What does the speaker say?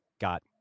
got